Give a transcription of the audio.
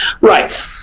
Right